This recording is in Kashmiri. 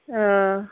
آ